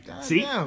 See